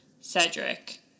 Cedric